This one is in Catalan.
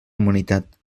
humanitat